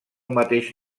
mateix